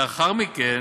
ולאחר מכן,